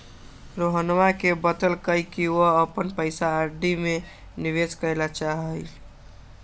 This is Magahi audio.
रोहनवा ने बतल कई कि वह अपन पैसा आर.डी में निवेश करे ला चाहाह हई